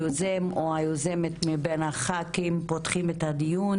היוזם או היוזמת מבין חברי הכנסת הם אלה שפותחים את הדיון